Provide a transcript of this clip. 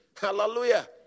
Hallelujah